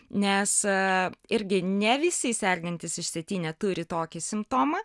nes irgi ne visi sergantys išsėtine turi tokį simptomą